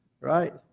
Right